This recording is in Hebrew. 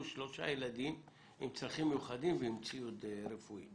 שלושה ילדים עם צרכים מיוחדים ועם ציוד רפואי,